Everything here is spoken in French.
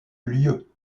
lieu